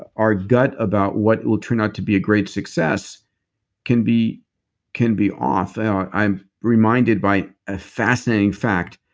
our gut about what will turn out to be a great success can be can be off. and i'm reminded by a fascinating fact.